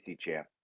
champ